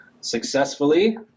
successfully